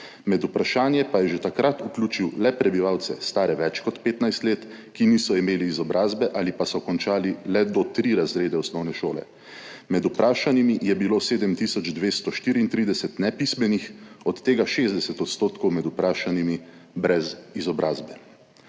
med vprašanje pa je že takrat vključil le prebivalce, stare več kot 15 let, ki niso imeli izobrazbe ali pa so končali le do tri razrede osnovne šole. Med vprašanimi je bilo sedem tisoč 234 nepismenih, od tega je bilo 60 % vprašanih brez izobrazbe.